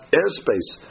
airspace